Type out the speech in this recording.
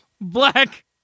black